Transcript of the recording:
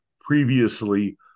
previously